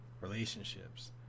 relationships